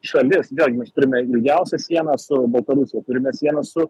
šalisvėlgi mes turime ilgiausią sieną su baltarusija turime sieną su